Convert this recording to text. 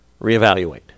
reevaluate